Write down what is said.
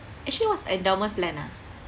actually it was endowment plan ah